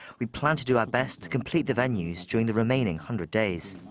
we plan to do our best to complete the venues during the remaining hundred days.